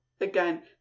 again